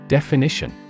Definition